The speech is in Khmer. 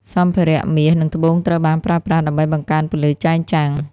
សម្ភារៈមាស និងត្បូងត្រូវបានប្រើប្រាស់ដើម្បីបង្កើនពន្លឺចែងចាំង។